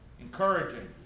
encouraging